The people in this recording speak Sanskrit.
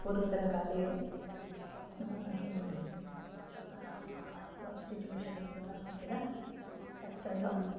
पूर्वतनकाले किं प्रोस्टिट्यूषन् इति वदामः किल तत्सर्वं